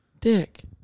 Dick